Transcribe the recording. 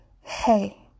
Hey